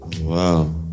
Wow